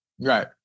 Right